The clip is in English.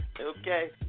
Okay